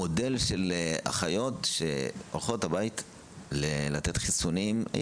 המודל של אחיות שהולכות לתת חיסונים בבית,